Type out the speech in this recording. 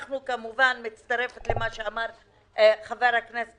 אנחנו כמובן אני מצטרפת למה שאמר חבר הכנסת